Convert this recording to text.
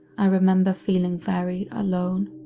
i remember feeling very alone.